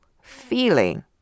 feeling